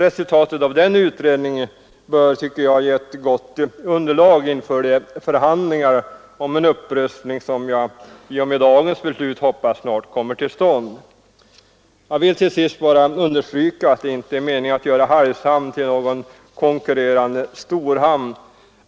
Resultatet av den utredningen bör, tycker jag, ge ett gott underlag för de förhandlingar om en upprustning som jag i och med dagens beslut hoppas snart kommer till stånd. Jag vill till sist bara understryka att det inte är meningen att göra Hargshamn till någon konkurrerande storhamn.